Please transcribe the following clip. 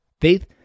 faith